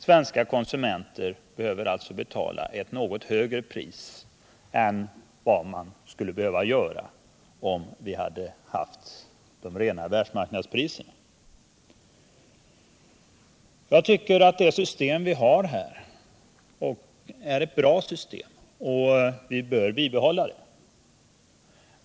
Svenska konsumenter måste alltså betala ett något högre pris än de skulle behöva göra om vi hade haft de rena världsmarknadspriserna. Jag tycker att det system vi har är bra och vi bör bibehålla det.